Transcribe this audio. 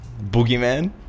Boogeyman